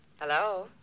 Hello